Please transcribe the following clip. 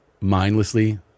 mindlessly